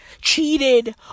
cheated